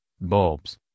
bulbs